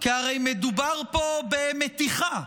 כי הרי מדובר במתיחה,